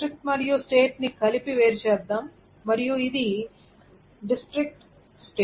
district మరియు state ని కలిపి వేరుచేద్దాం మరియు ఇది టౌన్ స్టేట్